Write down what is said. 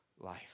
life